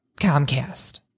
Comcast